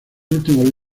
últimos